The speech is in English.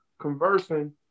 conversing